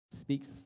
speaks